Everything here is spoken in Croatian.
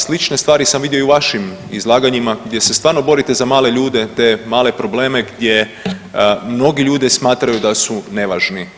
Slične stvari sam vidio i u vašim izlaganjima gdje se stvarno borite za male ljude, te male probleme gdje mnogi ljudi smatraju da su nevažni.